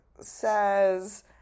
says